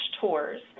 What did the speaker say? tours